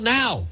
now